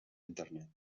internet